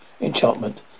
enchantment